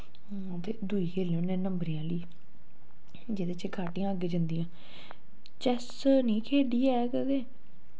ते दूई खेलने होन्ने नम्बरें आह्ली जेह्दे च गाटियां अग्गें जंदियां चैस्स नी खेढ़ी ऐ कदें